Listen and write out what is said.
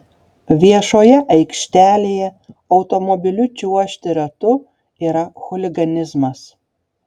viešoje aikštelėje automobiliu čiuožti ratu yra chuliganizmas